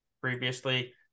previously